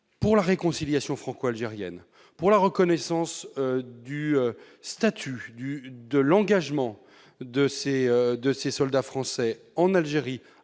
Pour la réconciliation franco-algérienne, la reconnaissance de l'engagement des soldats français en Algérie